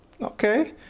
okay